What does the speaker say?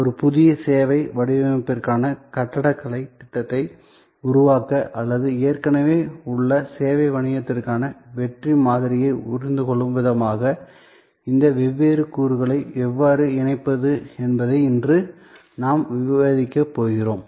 ஒரு புதிய சேவை வடிவமைப்பிற்கான கட்டடக்கலைத் திட்டத்தை உருவாக்க அல்லது ஏற்கனவே உள்ள சேவை வணிகத்திற்கான வெற்றி மாதிரியைப் புரிந்துகொள்ளும் விதமாக இந்த வெவ்வேறு கூறுகளை எவ்வாறு இணைப்பது என்பதை இன்று நாம் விவாதிக்கப் போகிறோம்